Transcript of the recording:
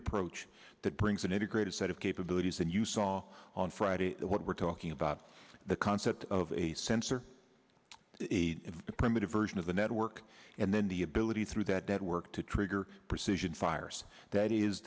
approach that brings an integrated set of capabilities and you saw on friday what we're talking about the concept of a sensor in a primitive version of the network and then the ability through that network to trigger precision fires that is